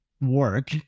work